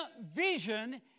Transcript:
vision